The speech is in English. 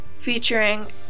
featuring